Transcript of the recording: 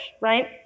right